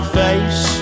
face